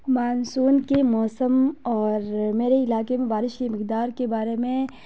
monsoon کے موسم اور میرے علاقے میں بارش کی مقدار کے بارے میں